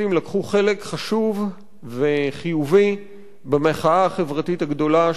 חשוב וחיובי במחאה החברתית הגדולה של הקיץ.